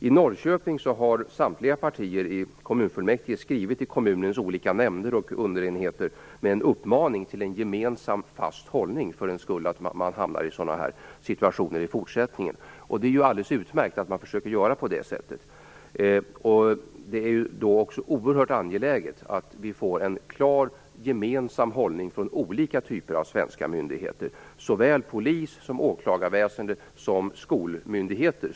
I Norrköping har samtliga partier i kommunfullmäktige skrivit till kommunens olika nämnder och underenheter med en uppmaning om en gemensam fast hållning för den händelse att man hamnar i sådana här situationer i fortsättningen. Det är ju alldeles utmärkt att man försöker göra på det sättet. Det är då oerhört angeläget att vi får en klar, gemensam hållning från olika typer av svenska myndigheter som polis, åklagarväsende och skolmyndigheter.